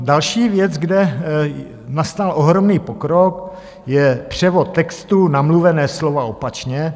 Další věc, kde nastal ohromný pokrok, je převod textu na mluvené slovo a opačně.